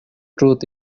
truth